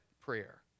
prayer